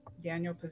Daniel